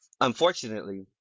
Unfortunately